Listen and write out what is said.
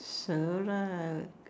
so lah